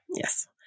Yes